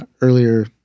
earlier